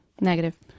Negative